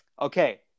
Okay